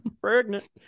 pregnant